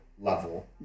level